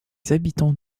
habitants